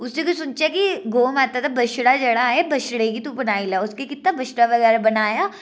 उसी गी सुनचेआ की गौऽ माता दा बछडा जेह्ड़ा ऐ बछ्ड़े गी तू बनाई लै ते उस केह् कीता बछड़ा बगैरा बनाया